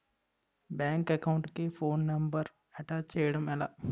Bank account కి phone number attach చేయడం ఎలా?